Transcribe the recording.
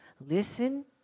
listen